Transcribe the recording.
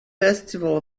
festival